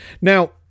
now